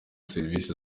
serivisi